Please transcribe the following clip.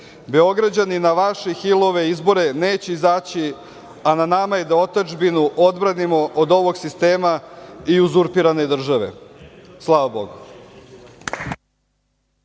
Beograđani na vaše i Hilove izbore neće izaći, a na nama je da otadžbinu odbranimo od ovog sistema i uzurpirane države. Slava Bogu.